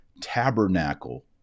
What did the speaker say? tabernacle